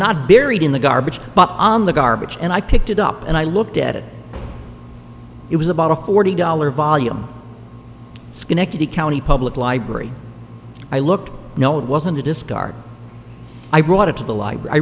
not buried in the garbage but on the garbage and i picked it up and i looked at it it was about a forty dollars volume schenectady county public library i looked no it wasn't a discard i brought it to the library